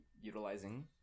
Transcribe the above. utilizing